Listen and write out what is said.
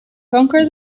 conquer